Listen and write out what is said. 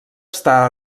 està